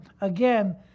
again